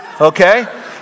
Okay